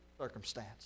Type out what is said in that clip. circumstance